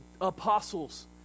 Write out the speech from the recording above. apostles